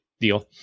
deal